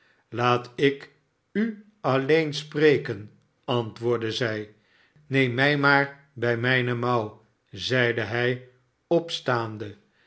laat ik u alleen spreken antwoordde zij neem mij maar bij mijne mouw zeide hij opstaande